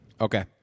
Okay